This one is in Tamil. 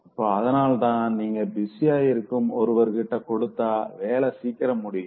இப்போ அதனால்தா நீங்க பிஸியா இருக்கும் ஒருவர்கிட்ட கொடுத்தா வேல சீக்கிரம் முடியும்